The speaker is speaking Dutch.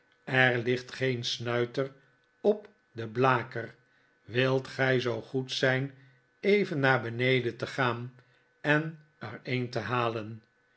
er ligt geen snuiter op den blaker wilt gij zoo goed zijn even naar beneden te gaan en er een te halen